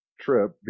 trip